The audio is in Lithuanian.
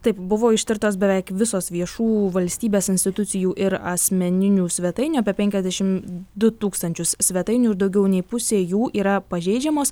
taip buvo ištirtos beveik visos viešųjų valstybės institucijų ir asmeninių svetainių apie penkiasdešim du tūkstančius svetainių ir daugiau nei pusė jų yra pažeidžiamos